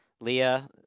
Leah